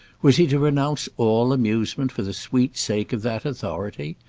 was he to renounce all amusement for the sweet sake of that authority?